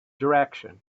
direction